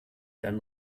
dann